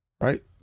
right